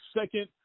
second